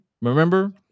remember